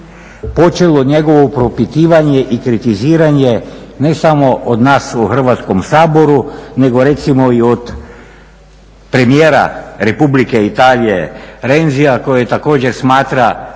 počelo njegovo propitivanje i kritiziranje ne samo od nas u Hrvatskom saboru nego recimo i premijera Republike Italije Renzia koji također smatra